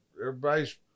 everybody's